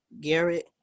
garrett